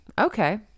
Okay